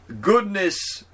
goodness